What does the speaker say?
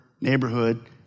neighborhood